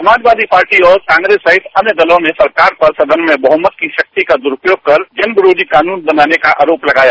Samajwadi Party और कांग्रेस सहित अन्य दलों ने सरकार पर सदन में बहुमत की राक्ति का दुरुपयोग कर जनविरोधी कानून बनाने का आरोप लगाया